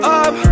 up